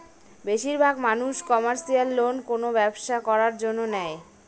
বেশির ভাগ মানুষ কমার্শিয়াল লোন কোনো ব্যবসা করার জন্য নেয়